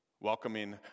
Welcoming